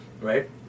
right